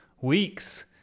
weeks